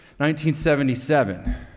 1977